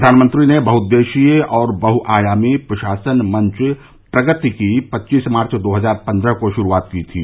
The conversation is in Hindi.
प्रधानमंत्री ने बहुदेशीय और बहुआयामी प्रशासन मंच प्रगति की पच्चीस मार्च दो हजार पन्द्रह को शुरूआत की थी